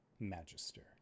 Magister